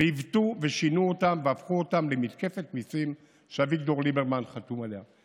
עיוותו ושינו אותם והפכו אותם למתקפת מיסים שאביגדור ליברמן חתום עליה.